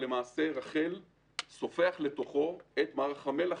רח"ל סופחת לתוכו ב-2009 את מערך המל"ח,